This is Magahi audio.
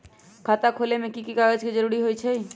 खाता खोले में कि की कागज के जरूरी होई छइ?